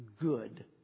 good